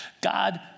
God